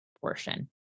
portion